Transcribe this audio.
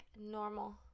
normal